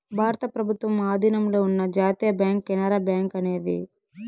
భారత ప్రభుత్వం ఆధీనంలో ఉన్న జాతీయ బ్యాంక్ కెనరా బ్యాంకు అనేది